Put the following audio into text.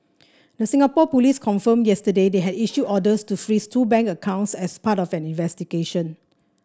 the Singapore police confirmed yesterday they had issued orders to freeze two bank accounts as part of an investigation